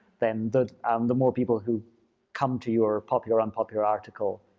then the um the more people who come to your popular, unpopular article